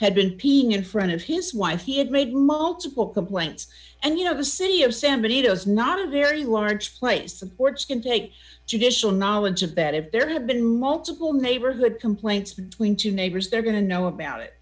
peeing in front of his wife he had made multiple complaints and you know the city of san benito is not a very large place supports can take judicial knowledge of that if there have been multiple neighborhood complaints between two neighbors they're going to know about it